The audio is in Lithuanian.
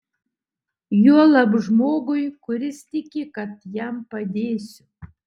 juolab žmogui kuris tiki kad jam padėsiu